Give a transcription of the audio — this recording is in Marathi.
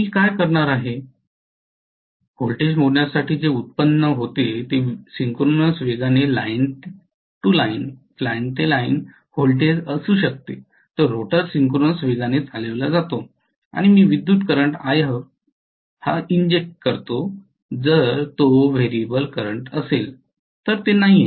तर मी काय करणार आहे व्होल्टेज मोजण्यासाठी जे येथे व्युत्पन्न होते ते सिंक्रोनस वेगाने लाइन ते लाइन व्होल्टेज असू शकते तर रोटर सिंक्रोनस वेगाने चालविला जातो आणि मी विद्युत् करंट If इंजेक्ट करतो जर तो व्हेरिएबल करंट असेल तर ते नाही